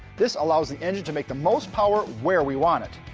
this allows the engine to make the most power where we want it.